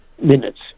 minutes